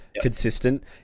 consistent